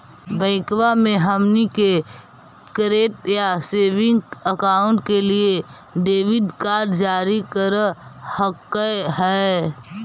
बैंकवा मे हमनी के करेंट या सेविंग अकाउंट के लिए डेबिट कार्ड जारी कर हकै है?